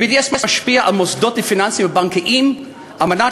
ה-BDS משפיע על מוסדות פיננסיים ובנקאיים על מנת